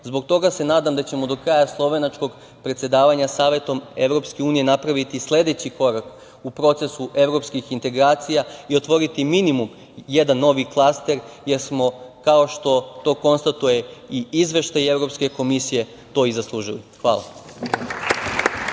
toga se nadam da ćemo do kraja slovenačkog predsedavanja Savetom Evropske unije napraviti sledeći korak u procesu evropskih integracija i otvoriti minimum jedan novi klaster, jer smo kao što to konstatuje i Izveštaj Evropske komisije to i zaslužili. Hvala.